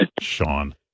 Sean